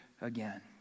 again